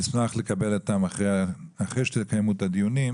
אנחנו באמת נשמח לקבל אותו אחרי שתקיימו את הדיונים,